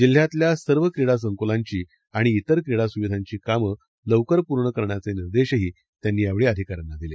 जिल्ह्यातल्या सर्व क्रीडासंकुलांची आणि तिर क्रीडासुविधांची कामं लवकर पूर्ण करण्याचे निर्देशही त्यांनी यावेळी अधिकाऱ्यांना दिले